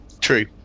True